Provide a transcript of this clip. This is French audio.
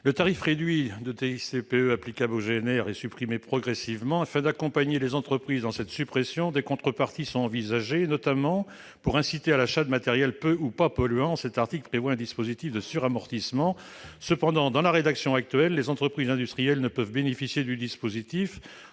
Le tarif réduit de TICPE applicable au GNR est supprimé progressivement. Afin d'accompagner les entreprises dans cette suppression, des contreparties sont envisagées. Pour inciter à l'achat de matériels peu ou pas polluants, cet article prévoit notamment un dispositif de suramortissement. Cependant, dans la rédaction actuelle, les entreprises industrielles ne peuvent bénéficier du dispositif.